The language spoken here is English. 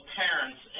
parents